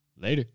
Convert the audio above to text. Later